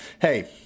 hey